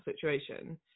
situation